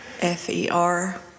F-E-R